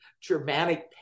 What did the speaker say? Germanic